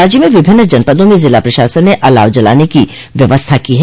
राज्य में विभिन्न जनपदों में जिला प्रशासन ने अलाव जलाने की व्यवस्था की है